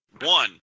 One